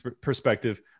perspective